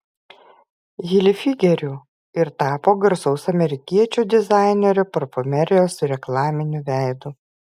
hilfigeriu ir tapo garsaus amerikiečių dizainerio parfumerijos reklaminiu veidu